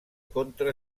contra